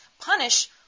punish